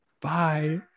bye